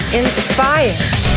inspired